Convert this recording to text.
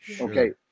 Okay